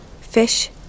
Fish